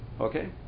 okay